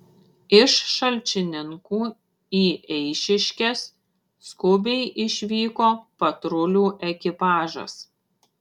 iš šalčininkų į eišiškes skubiai išvyko patrulių ekipažas